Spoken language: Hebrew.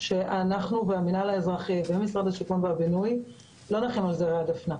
אנחנו והמינהל האזרחי וגם משרד השיכון והבינוי לא נחים על זרי הדפנה.